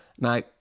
Now